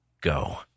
go